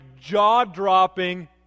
jaw-dropping